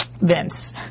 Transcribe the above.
Vince